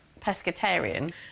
pescatarian